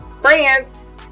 france